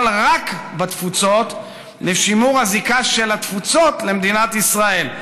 רק בתפוצות לשימור הזיקה של התפוצות למדינת ישראל,